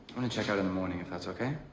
want to check out in the morning, if that's ok?